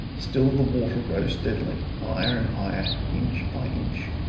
still the water rose steadily higher and higher inch by inch,